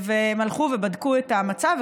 הם הלכו ובדקו את המצב,